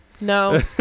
no